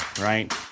right